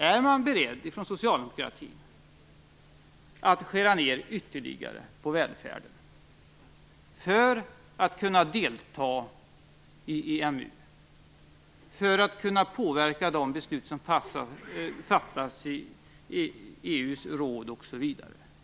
Är man från socialdemokratins sida beredd att skära ned ytterligare på välfärden för att kunna delta i EMU och påverka de beslut som fattas i exempelvis EU:s råd?